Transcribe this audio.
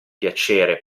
piacere